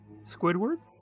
Squidward